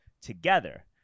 together